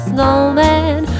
Snowman